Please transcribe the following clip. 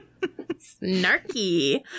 Snarky